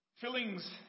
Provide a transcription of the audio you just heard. fillings